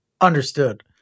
Understood